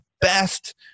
best